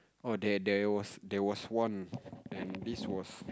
oh there there was there was one and this was